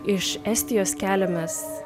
iš estijos keliamės